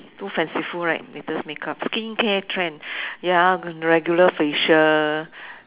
too fanciful right latest makeup skincare trend ya regular facial